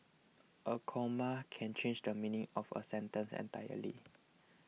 a comma can change the meaning of a sentence entirely